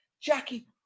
Jackie